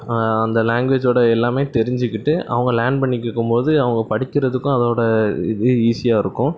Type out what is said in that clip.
அந்த லாங்க்வேஜோட எல்லாமே தெரிஞ்சிக்கிட்டு அவங்க லார்ன் பண்ணிகிருக்குபோது அவங்க படிக்கறதுக்கும் அதோட இது ஈஸியாக இருக்கும்